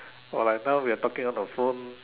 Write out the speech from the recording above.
!wah! like now we are talking on a phone